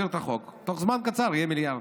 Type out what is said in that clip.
נעביר את החוק, ובתוך זמן קצר יהיה מיליארד.